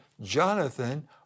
Jonathan